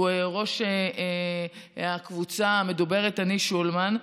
שהוא ראש הקבוצה המדוברת "אני שולמן",